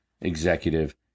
executive